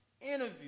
interview